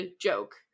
joke